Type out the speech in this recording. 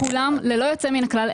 כולם ללא יוצא מן הכלל,